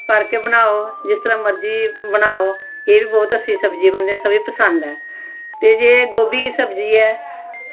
fry करके बनाओ जिस तरहां मर्जी बनाओ एह्दी बोह्त अच्छी सब्जी बनदी सारें गी बोह्त पसंद ऐ ते एह् गोभी दी सब्जी ऐ